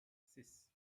six